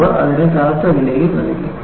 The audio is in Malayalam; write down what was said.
അവർ അതിന് കനത്ത വിലയും നൽകി